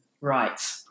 Right